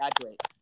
graduate